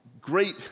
great